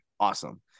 Awesome